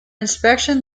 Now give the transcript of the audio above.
inspection